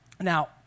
Now